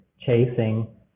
chasing